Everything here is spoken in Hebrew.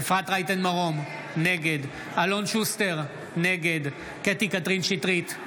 מרום, נגד אלון שוסטר, נגד קטי קטרין שטרית,